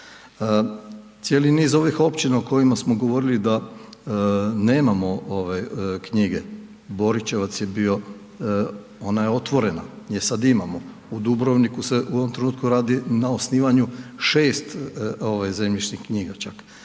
Cijeli niz ovih općina o kojima smo govorili da nemamo knjige, Boričevac je bio, ona je otvorena jer sad imamo, u Dubrovniku se u ovom trenutku radi na osnivanju 6 zemljišnih knjiga čak,